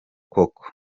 koko